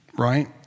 right